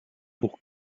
pour